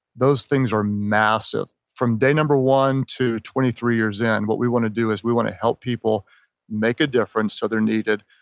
those things are massive from day number one to twenty three years in, what we want to do is we want to help people make a difference so they're needed.